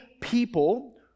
people